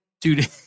dude